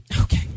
Okay